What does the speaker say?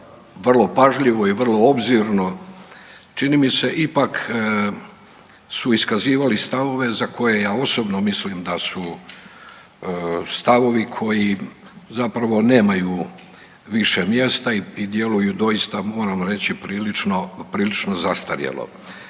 pažljivo i vrlo obzirno, čini mi se ipak su iskazivali stavove za koje ja osobno mislim da su stavovi koji zapravo nemaju više mjesta i djeluju doista, moramo reći, prilično zastarjelo.